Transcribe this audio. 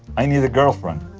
i need a girlfriend.